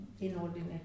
inordinate